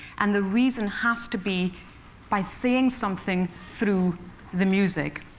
and the reason has to be by saying something through the music.